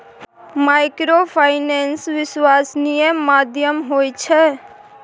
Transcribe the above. Microfinance विश्वासनीय माध्यम होय छै?